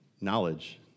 knowledge